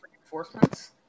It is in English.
reinforcements